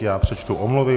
Já přečtu omluvy.